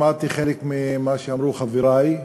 שמעתי חלק ממה שאמרו חברי,